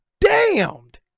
damned